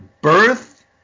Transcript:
Birth